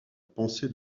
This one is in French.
pensée